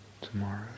tomorrow